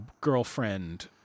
girlfriend